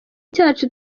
cyacu